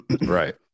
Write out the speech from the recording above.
right